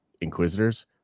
Inquisitors